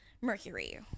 mercury